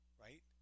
right